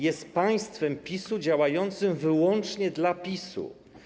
Jest państwem PiS-u działającym wyłącznie dla PiS-u.